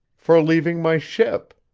for leaving my ship.